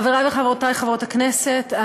חברי וחברותי חברות הכנסת,